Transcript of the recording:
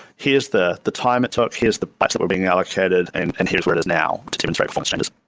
here's the the time it took. here's the bytes that were being allocated and and here's where it is now, to demonstrate functions.